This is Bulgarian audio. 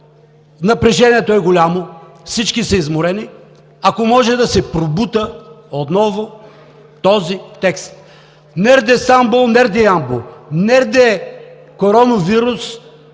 напрежението е голямо, всички са изморени – ако може да се пробута този текст. Нерде Стамбол, нерде Ямбол; нерде коронавирус,